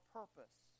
purpose